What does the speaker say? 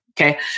Okay